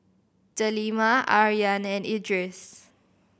Delima Aryan and Idris